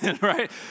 right